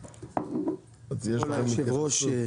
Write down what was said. אדוני יושב הראש,